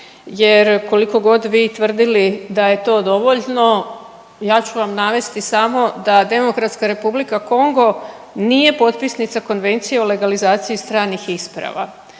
jer koliko god vi tvrdili da je to dovoljno, ja ću vam navesti samo da Demokratska Republika Kongo nije potpisnica konvencije o legalizaciji stranih isprava.